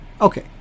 Okay